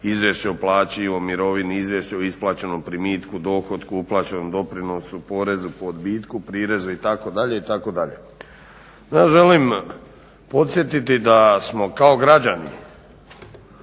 izvješće o plaći, o mirovini, izvješće o isplaćenom primitku, dohotku, uplaćenom doprinosu, porezu po odbitku, prirezu itd. Ja želim podsjetiti da smo kao građani